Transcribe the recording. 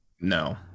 No